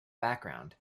background